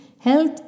health